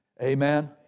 Amen